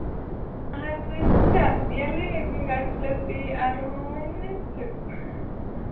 ᱟᱨ ᱪᱟᱥ ᱜᱮᱭᱟᱞᱮ ᱵᱮᱸᱜᱟᱲ ᱵᱤᱞᱟᱹᱛᱤ ᱟᱨᱦᱚᱸ ᱪᱮᱫ